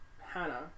Hannah